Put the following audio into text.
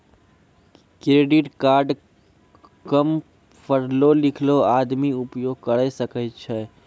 Credit card काम पढलो लिखलो आदमी उपयोग करे सकय छै?